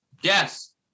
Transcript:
Yes